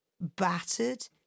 Battered